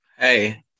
Hey